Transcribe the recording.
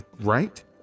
right